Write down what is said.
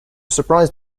surprise